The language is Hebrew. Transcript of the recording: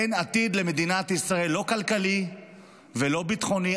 אין עתיד למדינית ישראל, לא כלכלי ולא ביטחוני.